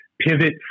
pivot